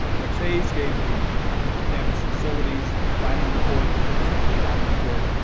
rex hays gave the campus facilities planning report, services and planning report,